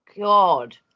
God